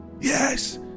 yes